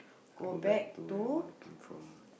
go back to where you want came from